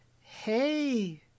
hey